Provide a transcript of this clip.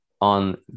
on